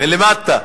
מלמטה.